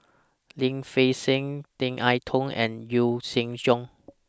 Lim Fei Shen Tan I Tong and Yee Jenn Jong